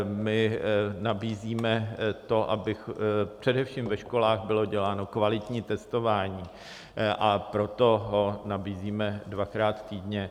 My nabízíme to, aby především ve školách bylo děláno kvalitní testování, proto ho nabízíme dvakrát týdně.